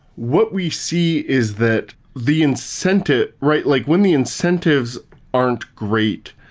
what we see is that the incentive, right? like when the incentives aren't great,